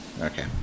Okay